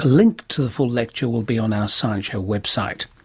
link to the full lecture will be on our science show website.